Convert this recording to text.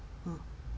mm